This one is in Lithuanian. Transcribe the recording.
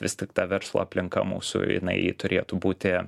vis tik ta verslo aplinka mūsų jinai turėtų būti